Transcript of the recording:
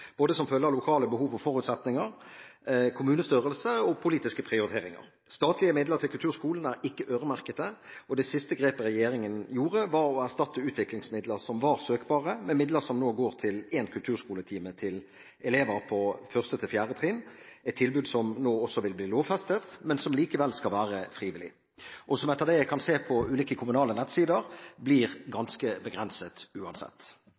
både som følge av lokale behov og forutsetninger, kommunestørrelse og politiske prioriteringer. Statlige midler til kulturskolene er ikke øremerket, og det siste grepet regjeringen gjorde, var å erstatte utviklingsmidler som var søkbare, med midler som nå går til én kulturskoletime til elever på 1.–4. trinn, et tilbud som nå også vil bli lovfestet, men som likevel skal være frivillig, og som etter det jeg kan se på ulike kommunale nettsider, blir ganske begrenset uansett.